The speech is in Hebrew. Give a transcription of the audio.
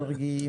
מרגי,